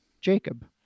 Jacob